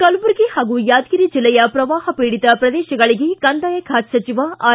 ಕಲಬುರ್ಗಿ ಹಾಗೂ ಯಾದಗಿರಿ ಜಿಲ್ಲೆಯ ಪ್ರವಾಹಪೀಡಿತ ಪ್ರದೇಶಗಳಿಗೆ ಕಂದಾಯ ಖಾತೆ ಸಚಿವ ಆರ್